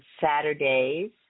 Saturdays